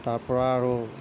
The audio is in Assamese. তাৰ পৰা আৰু